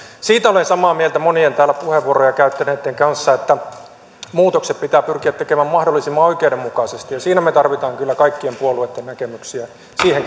siitä olen samaa mieltä monien täällä puheenvuoroja käyttäneitten kanssa että muutokset pitää pyrkiä tekemään mahdollisimman oikeudenmukaisesti ja me tarvitsemme kyllä kaikkien puolueitten näkemyksiä siihen